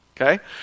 okay